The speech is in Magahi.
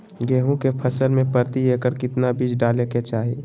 गेहूं के फसल में प्रति एकड़ कितना बीज डाले के चाहि?